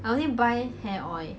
I only buy hair oil